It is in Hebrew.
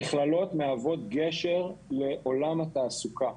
המכללות מהוות גשר לעולם התעסוקה,